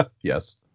Yes